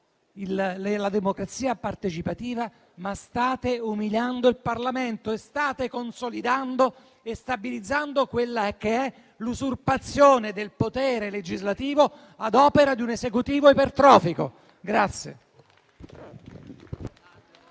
la democrazia partecipativa, ma state umiliando il Parlamento e state consolidando e stabilizzando l'usurpazione del potere legislativo ad opera di un Esecutivo ipertrofico.